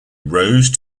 rose